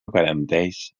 garanteix